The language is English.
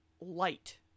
light